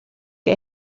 que